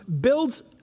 builds